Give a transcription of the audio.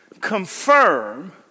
confirm